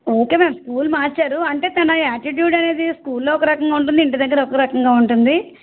okay mam school మార్చారు అంటే తన ఆటిట్యూడ్ అనేది స్కూల్లో ఒక రకంగా ఉంటుంది ఇంటి దగ్గర ఒక రకంగా ఉంటుంది